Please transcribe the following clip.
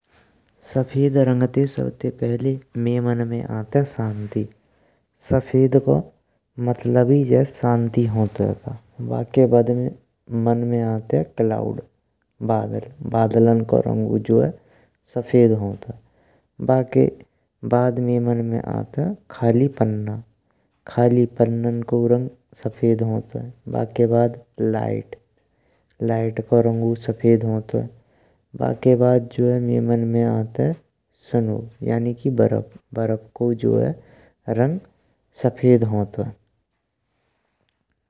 सफेद रंग ते पहिले मइयें मन में आते शांति। सफेद को मतलब ही ज है, शांति होतुये। बाकें बद मन में आते क्लाउड बादल बदलानो को रंगयू जो है सफेद होतुये। बाकें बद मइयें मन में आते खाली पन्ना खाली पन्ना कउ रंग सफेद होतुये। बाकें बद लाइट लाइट को रंगयू सफेद होतुये बाकें बद जो है मइयें मन में आते स्नो, यानि की बर्फ कउ रंग हो है सफेद होतुये।